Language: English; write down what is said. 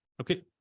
Okay